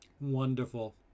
Wonderful